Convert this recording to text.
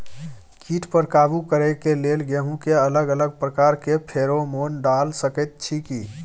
कीट पर काबू करे के लेल गेहूं के अलग अलग प्रकार के फेरोमोन डाल सकेत छी की?